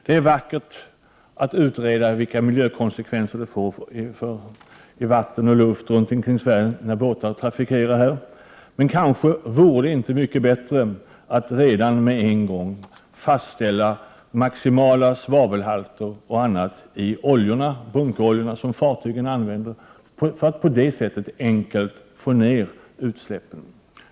Det är vackert att utreda vilka miljökonsekvenser det får i ; vattnen och i luften runt omkring Sverige när båtar trafikerar. Vore det inte — Släpp från motordrivna mycket bättre att redan med en gång fastställa maximala svavelhalter i de — fartyg bunkeroljor som fartygen använder och på det sättet enkelt få ner utsläppen?